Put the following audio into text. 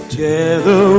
Together